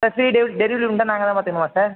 sir free delivery உண்டா நாங்கள் தான் பார்த்துக்கணுமா சார்